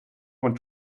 want